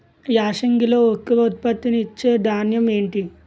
యాసంగిలో ఎక్కువ ఉత్పత్తిని ఇచే ధాన్యం ఏంటి?